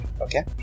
Okay